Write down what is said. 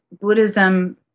Buddhism